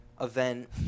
event